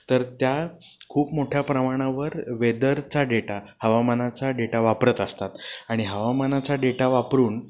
तर त्या खूप मोठ्या प्रमाणावर वेदरचा डेटा हवामानाचा डेटा वापरत असतात आणि हवामानाचा डेटा वापरून